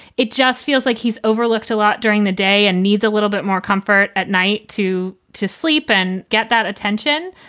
it just feels like he's overlooked a lot during the day and needs a little bit more comfort at night, too, to sleep and get that attention.